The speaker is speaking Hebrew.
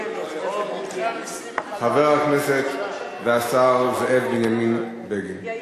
חבר הכנסת והשר זאב בנימין בגין,